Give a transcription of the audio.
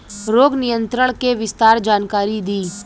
रोग नियंत्रण के विस्तार जानकारी दी?